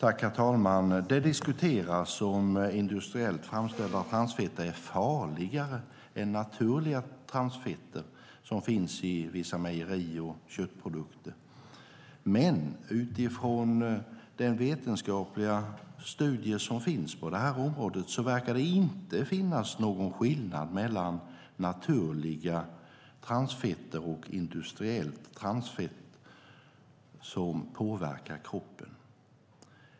Herr talman! Det diskuteras om industriellt framställda transfetter är farligare än naturliga transfetter som finns i vissa mejeri och köttprodukter. Men utifrån den vetenskapliga studie som finns på detta område verkar det inte vara någon skillnad mellan naturliga transfetter och industriellt transfett som påverkar kroppen.